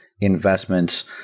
investments